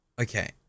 okay